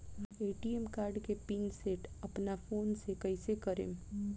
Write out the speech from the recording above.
ATM card के pin set अपना phone से कइसे करेम?